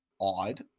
odd